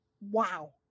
wow